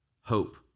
hope